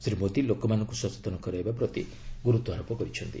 ଶ୍ରୀ ମୋଦୀ ଲୋକମାନଙ୍କୁ ସଚେତନ କରାଇବା ପ୍ରତି ଗୁରୁତ୍ୱାରୋପ କରିଛନ୍ତି